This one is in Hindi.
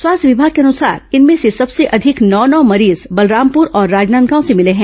स्वास्थ्य विमाग के अनुसार इनमें से सबसे अधिक नौ नौ मरीज बलरामपुर और राजनांदगांव से मिले हैं